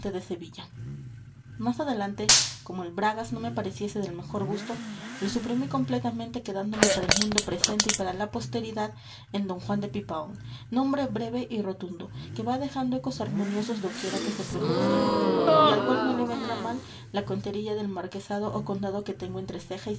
de sevilla más adelante como el bragas no me pareciese del mejor gusto lo suprimí completamente quedándome para el mundo presente y para la posteridad en d juan de pipaón nombre breve y rotundo que va dejando ecos armoniosos doquiera que se pronuncia y al cual no le vendrá mal la conterilla del marquesado o condado que tengo entre ceja